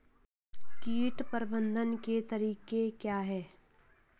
कीट प्रबंधन के तरीके क्या हैं?